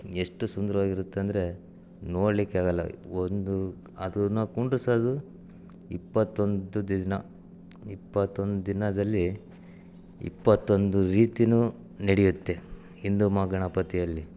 ಎಷ್ಟು ಸುಂದ್ರುವಾಗಿರುತ್ತೆ ಅಂದರೆ ನೋಡಲಿಕ್ಕೆ ಆಗೋಲ್ಲ ಒಂದು ಅದನ್ನ ಕುಂಡ್ರಸೋದು ಇಪ್ಪತ್ತೊಂದು ದಿನ ಇಪ್ಪತ್ತೊಂದು ದಿನದಲ್ಲಿ ಇಪ್ಪತ್ತೊಂದು ರೀತಿನೂ ನೆಡೆಯುತ್ತೆ ಹಿಂದೂ ಮಹಾಗಣಪತಿಯಲ್ಲಿ